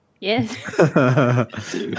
Yes